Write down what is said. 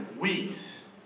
weeks